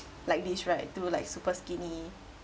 like this right to like super skinny